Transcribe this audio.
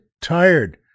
tired